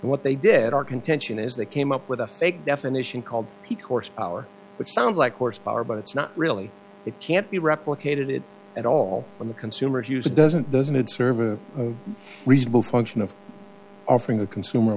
and what they did our contention is they came up with a fake definition called he course power which sounds like horsepower but it's not really it can't be replicated it at all in the consumer's use doesn't doesn't serve a reasonable function of offering the consumer